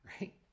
right